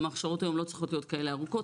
גם ההכשרות היום לא צריכות להיות כאלה ארוכות.